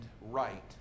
right